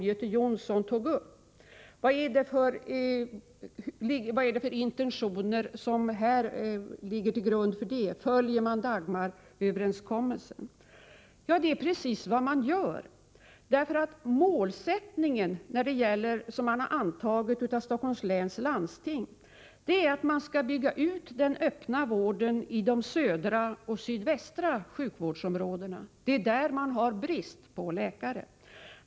Göte Jonsson frågade vilka intentioner som ligger till grund och undrade om man här följer Dagmaröverenskommelsen. Ja, det är just vad man gör. Stockholms läns landstings mål är att man skall bygga ut den öppna vården i de södra och sydvästra sjukvårdsområdena, där det är brist på läkare.